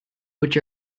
which